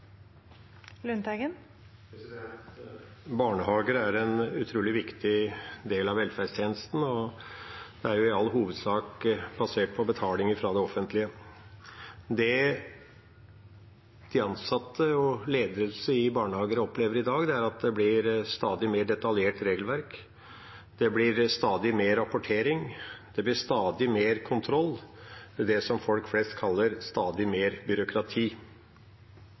i all hovedsak basert på betalinger fra det offentlige. Det de ansatte og ledelse i barnehager opplever i dag, er at det blir stadig mer detaljert regelverk. Det blir stadig mer rapportering, det blir stadig mer kontroll – det som folk flest kaller stadig mer byråkrati.